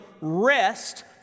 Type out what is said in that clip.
rest